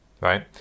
right